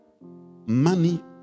money